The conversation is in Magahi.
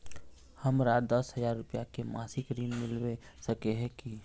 हमरा दस हजार रुपया के मासिक ऋण मिलबे सके है की?